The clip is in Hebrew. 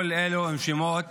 כל אלו הם שמות